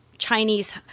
Chinese